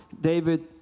David